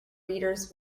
readers